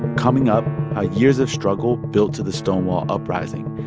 coming up how years of struggle built to the stonewall uprising,